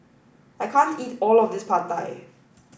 I can't eat all of this Pad Thai